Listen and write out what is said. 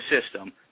system